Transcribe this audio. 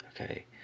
Okay